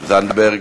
זנדברג,